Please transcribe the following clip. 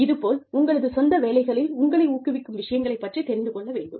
இதேபோல் உங்களது சொந்த வேலைகளில் உங்களை ஊக்குவிக்கும் விஷயங்களைப் பற்றி தெரிந்து கொள்ள வேண்டும்